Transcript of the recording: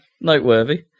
noteworthy